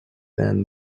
then